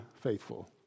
faithful